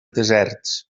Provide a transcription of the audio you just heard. deserts